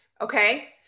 Okay